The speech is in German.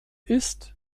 ist